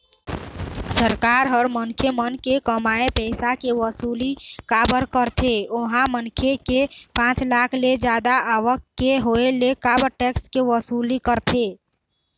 सरकार ह मनखे मन के कमाए पइसा के वसूली काबर कारथे ओहा मनखे के पाँच लाख ले जादा आवक के होय ले काबर टेक्स के वसूली करथे?